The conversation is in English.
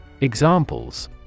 Examples